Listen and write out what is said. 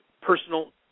personal